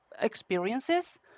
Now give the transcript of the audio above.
experiences